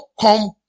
come